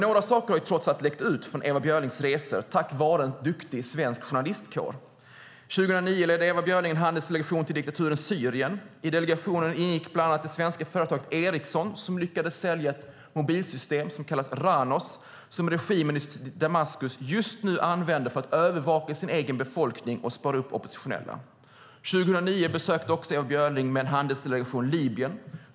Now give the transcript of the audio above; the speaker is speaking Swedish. Några saker har trots allt läckt ut från Ewa Björlings resor, tack vare en duktig svensk journalistkår. År 2009 ledde Ewa Björling en handelsdelegation till diktaturen Syrien. I delegationen ingick bland annat det svenska företaget Ericsson, som lyckades sälja ett mobilsystem som kallas Ranos som regimen i Damaskus just nu använder för att övervaka sin egen befolkning och spåra upp oppositionella. År 2009 besökte också Ewa Björling med en handelsdelegation Libyen.